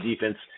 defense